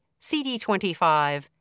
CD25